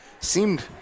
seemed